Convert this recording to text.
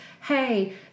hey